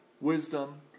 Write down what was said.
wisdom